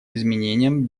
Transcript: изменением